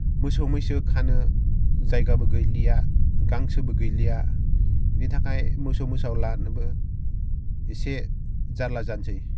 मोसौ मैसो खानो जायगाबो गैलिया गांसोबो गैलिया बिनि थाखाय मोसौ मोसा लानोबो इसे जाल्ला जानोसै